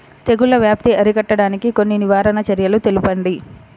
తెగుళ్ల వ్యాప్తి అరికట్టడానికి కొన్ని నివారణ చర్యలు తెలుపండి?